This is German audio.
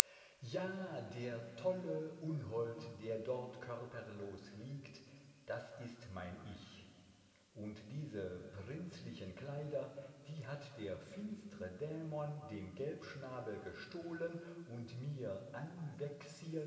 ja der tolle unhold der dort körperlos liegt das ist mein ich und diese prinzlichen kleider die hat der finstre dämon dem gelbschnabel gestohlen und mir